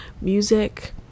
music